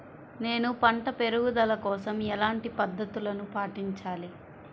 నేను పంట పెరుగుదల కోసం ఎలాంటి పద్దతులను పాటించాలి?